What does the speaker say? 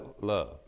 love